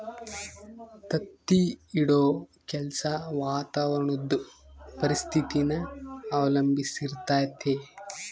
ತತ್ತಿ ಇಡೋ ಕೆಲ್ಸ ವಾತಾವರಣುದ್ ಪರಿಸ್ಥಿತಿನ ಅವಲಂಬಿಸಿರ್ತತೆ